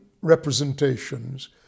representations